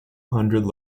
hundred